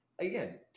again